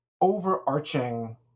overarching